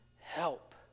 help